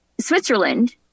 Switzerland